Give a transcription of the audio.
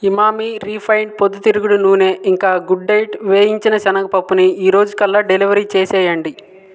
Emami refined పొద్దుతిరుగుడు నూనె ఇంకా గుడ్ డైట్ వేయించిన శనగపప్పుని ఈ రోజుకల్లా డెలివరీ చేసేయండి